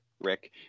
Rick